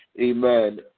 amen